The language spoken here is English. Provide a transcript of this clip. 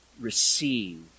receive